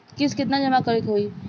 किस्त केतना जमा करे के होई?